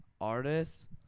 Artists